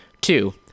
Two